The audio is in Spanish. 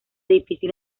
difícil